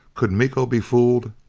could miko be fooled?